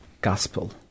gospel